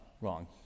wrong